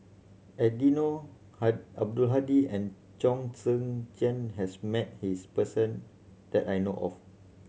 Eddino Abdul Hadi and Chong Tze Chien has met his person that I know of